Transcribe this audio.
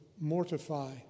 mortify